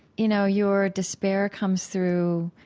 you know, your despair comes through,